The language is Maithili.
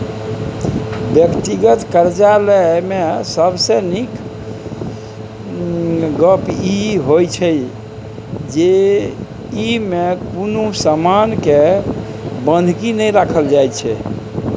व्यक्तिगत करजा लय मे सबसे नीक गप ई होइ छै जे ई मे कुनु समान के बन्हकी नहि राखल जाइत छै